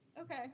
Okay